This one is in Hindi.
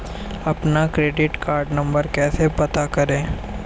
अपना क्रेडिट कार्ड नंबर कैसे पता करें?